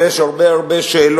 ויש הרבה שאלות,